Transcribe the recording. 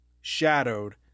shadowed